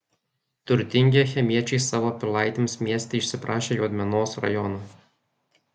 turtingi achemiečiai savo pilaitėms mieste išsiprašė juodmenos rajoną